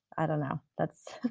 i don't know that's.